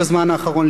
בזמן האחרון,